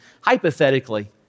hypothetically